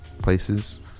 places